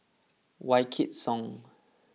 Wykidd Song